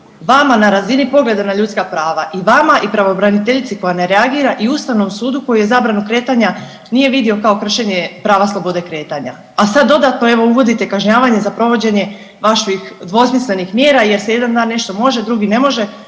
vama na razini pogleda na ljudska prava i vama i pravobraniteljici koja ne reagira i Ustavom sudu koji je zabranu kretanja nije vidio kao kršenje prava slobode kretanja. A sad dodatno evo uvodite kažnjavanje za provođenje vaših dvosmislenih mjera jer se jedan dan nešto može, drugi ne može